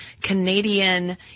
Canadian